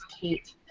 Kate